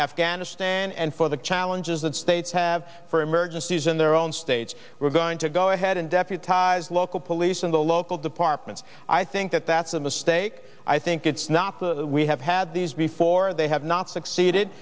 afghanistan and for the challenges that states have for emergencies in their own stage we're going to go ahead and deputized local police and the local departments i think that that's a mistake i think it's not that we have had these before they have not succeeded